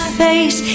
face